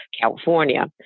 California